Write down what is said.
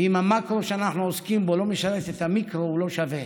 ואם המקרו שאנחנו עוסקים בו לא משרת את המיקרו הוא לא שווה.